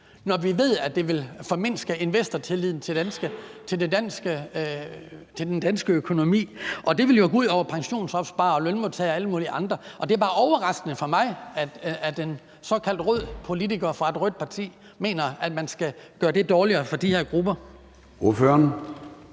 når vi ved, at det vil formindske investortilliden til den danske økonomi. Det ville jo gå ud over pensionsopsparere, lønmodtagere og alle mulige andre. Det er bare overraskende for mig, at en såkaldt rød politiker fra et rødt parti mener, at man skal gøre det dårligere for de her grupper.